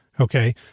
Okay